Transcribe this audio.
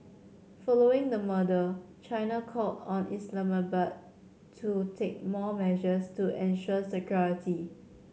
following the murder China called on Islamabad to take more measures to ensure security